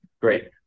great